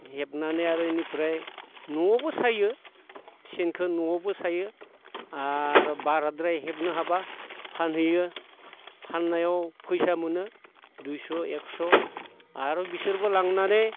हेबनानै आरो इनिफ्राय न'आवबो सायो सेनखो न'आवबो सायो आरो बाराद्राय हेबनो हाब्ला फानहैयो फाननायाव फैसा मोनो दुइस' एकस' आर' बिसोरबो लांनानै